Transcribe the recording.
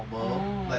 orh